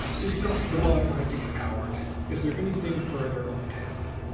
you've got the right idea, powart. is there anything further on tap?